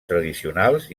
tradicionals